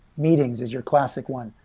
meetings, is your classic one.